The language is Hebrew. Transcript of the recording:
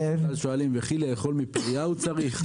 אז שואלים: וכי לאכול מפריה הוא צריך?